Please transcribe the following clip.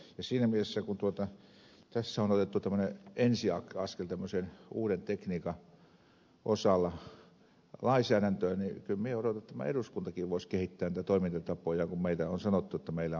siinä mielessä kun tässä on otettu tämmöinen ensiaskel tämmöiseen uuden tekniikan osalta lainsäädäntöön niin kyllä minä odotan että tämä eduskuntakin voisi kehittää niitä toimintatapoja kun meille on sanottu että meillä on pitkät istuntotauot